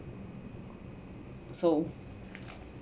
so